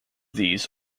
these